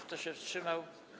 Kto się wstrzymał?